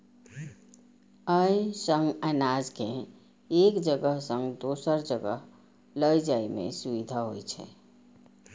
अय सं अनाज कें एक जगह सं दोसर जगह लए जाइ में सुविधा होइ छै